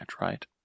right